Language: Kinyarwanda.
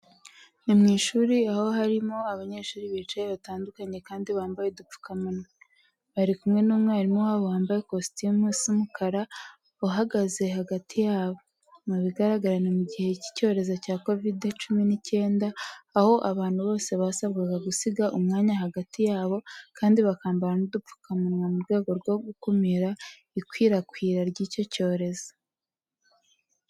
Ni mu ishuri aho harimo abanyeshuri bicaye batandukanye kandi bambaye udupfukamunwa. Bari kumwe n'umwarimu wabo wambaye kositimu isa umukara uhagaze hagati yabo. Mu bigaragara ni mu gihe cy'icyorezo cya Covid cumi n'icyenda, aho abantu bose basabwaga gusiga umwanya hagati yabo kandi bakambara n'udupfukamunwa mu rwego rwo gukumira ikwirakwira ry'icyo cyorezo.